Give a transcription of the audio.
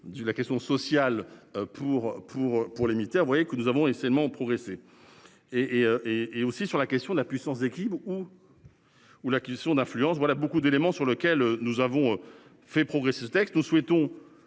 la question sociale pour pour pour les militaires. Vous voyez que nous avons et seulement progressé et et et et aussi sur la question de la puissance d'équilibre ou. Ou la question d'influence voilà beaucoup d'éléments sur lequel nous avons fait progresser ce texte nous souhaitons